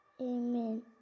Amen